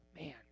Man